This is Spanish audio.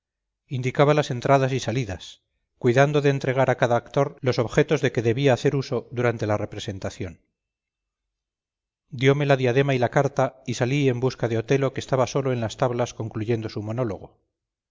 indicaba las entradas y salidas cuidando de entregar a cada actor los objetos de que debía hacer uso durante la representación diome la diadema y la carta y salí en busca de otelo que estaba solo en las tablas concluyendo su monólogo